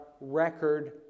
record